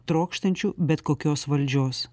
trokštančių bet kokios valdžios